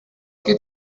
geht